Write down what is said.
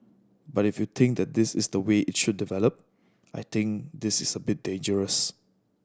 but if you think that this is the way it should develop I think this is a bit dangerous